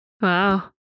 Wow